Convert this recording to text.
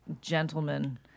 gentlemen